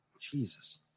Jesus